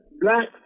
black